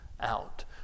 out